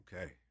Okay